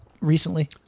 recently